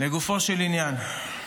לגופו של עניין,